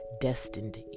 destined